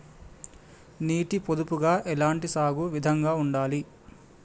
నీటి పొదుపుగా ఎలాంటి సాగు విధంగా ఉండాలి?